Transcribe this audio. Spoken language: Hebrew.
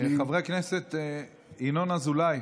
חבר הכנסת ינון אזולאי.